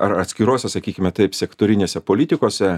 ar atskirose sakykime taip sektorinėse politikose